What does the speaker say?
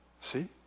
See